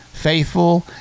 faithful